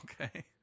Okay